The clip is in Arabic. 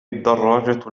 الدراجة